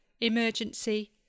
emergency